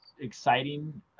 exciting